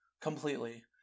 completely